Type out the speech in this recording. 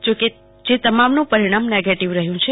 જેકે તમામનુ પરિણામ નેગેટીવ રહ્યુ છે